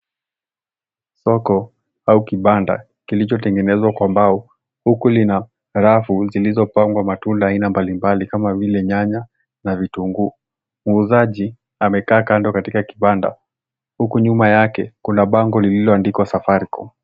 Soko au kibanda kilichotengenezwa kwa mbao uku lina rafu zilizopangwa matunda aina mbalimbali kama vile nyanya na vitunguu. Muuzaji amekaa kando katika kibanda uku nyuma yake kuna bango lilioandikwa Safaricom.